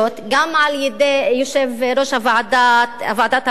גם על-ידי יושב-ראש ועדת הפנים,